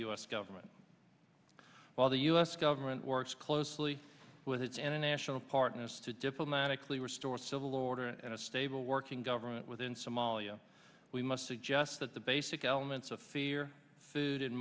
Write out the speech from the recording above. s government while the u s government works closely with its international partners to diplomatically restore civil order and a stable working government within somalia we must suggest that the basic elements of fear food and